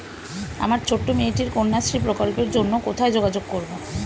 আমার ছোট্ট মেয়েটির কন্যাশ্রী প্রকল্পের জন্য কোথায় যোগাযোগ করব?